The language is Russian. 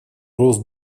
рост